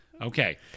Okay